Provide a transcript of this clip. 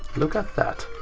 look at that!